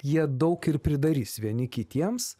jie daug ir pridarys vieni kitiems